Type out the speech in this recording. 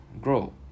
grow